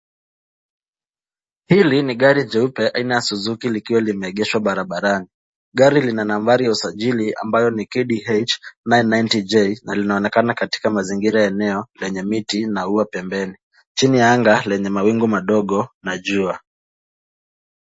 Hili ni gari jeupe aina ya suzuki, likiwa limeegeshwa barabarani. Gari lina nambari ya usajili ambayo ni KDH 990J, na linaonekana katika mazingira ya eneo lenye miti na ua pembeni, chini ya anga lenye mawingu madogo na jua.